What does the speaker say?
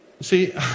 See